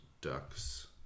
Ducks